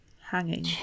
hanging